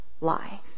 lie